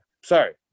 Sorry